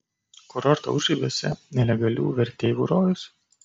kurorto užribiuose nelegalių verteivų rojus